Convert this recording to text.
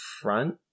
front